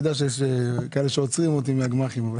גמ"חים...